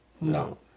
No